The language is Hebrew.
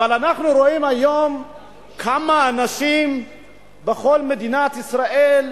אבל אנחנו רואים היום כמה אנשים בכל מדינת ישראל באים,